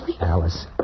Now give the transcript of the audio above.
Alice